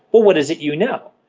but what is it you know?